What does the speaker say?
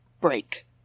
break